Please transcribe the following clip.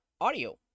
audio